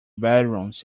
bedrooms